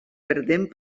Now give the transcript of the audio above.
perdent